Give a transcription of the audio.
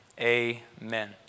Amen